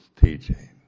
teaching